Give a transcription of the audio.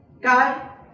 God